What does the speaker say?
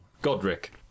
Godric